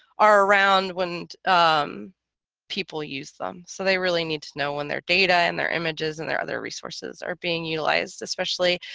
are around when people use them so they really need to know when their data and their images and their other resources are being utilized especially